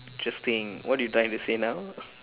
interesting what you trying to say now